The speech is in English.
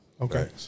Okay